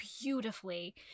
beautifully